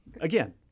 again